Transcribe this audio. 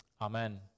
Amen